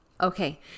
Okay